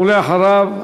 ואחריו,